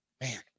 man